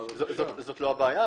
זאת לא הבעיה.